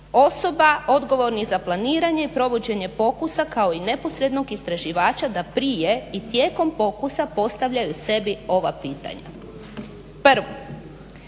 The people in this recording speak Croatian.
osoba odgovornih za planiranje i provođenje pokusa kao i neposrednog istraživača da prije i tijekom pokusa postavljaju sebi ova pitanja. Prvo,